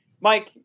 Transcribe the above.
Mike